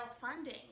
funding